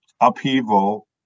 upheaval